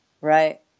right